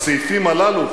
הסעיפים הללו,